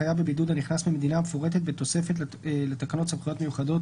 חייב בבידוד הנכנס ממדינה המפורטת בתוספת לתקנות סמכויות מיוחדות